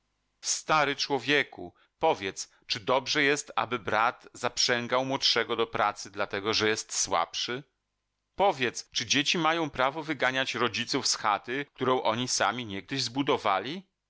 stary człowieku powiedz czy dobrze jest aby brat zaprzęgał młodszego do pracy dlatego że jest słabszy powiedz czy dzieci mają prawo wyganiać rodziców z chaty którą oni sami niegdyś zbudowali